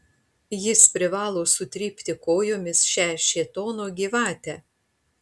jis privalo sutrypti kojomis šią šėtono gyvatę